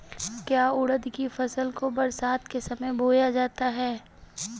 क्या उड़द की फसल को बरसात के समय बोया जाता है?